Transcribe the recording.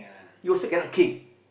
you also cannot kick